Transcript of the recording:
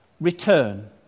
Return